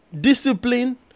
discipline